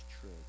true